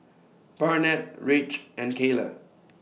Barnett Ridge and Kayla